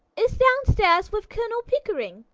is downstairs with colonel pickering.